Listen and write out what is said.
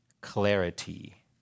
clarity